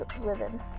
living